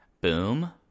boom